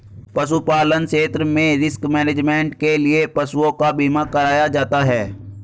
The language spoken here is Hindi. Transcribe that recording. पशुपालन क्षेत्र में रिस्क मैनेजमेंट के लिए पशुओं का बीमा कराया जाता है